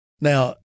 Now